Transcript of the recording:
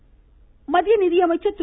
பியூஷ் கோயல் மத்திய நிதியமைச்சர் திரு